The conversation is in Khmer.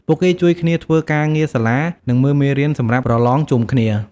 ពួកគេជួយគ្នាធ្វើការងារសាលា និងមើលមេរៀនសម្រាប់ប្រឡងជុំគ្នា។